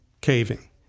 caving